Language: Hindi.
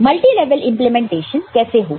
मल्टी लेवल इंप्लीमेंटेशन कैसे होगा